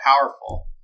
powerful